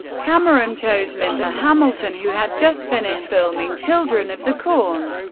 cameron chose linda hamilton, who had just finished filming children of the corn.